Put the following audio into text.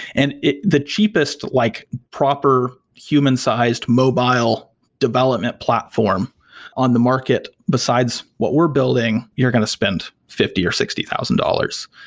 and the cheapest like proper human-sized mobile development platform on the market besides what we're building, you're going to spend fifty or sixty thousand dollars.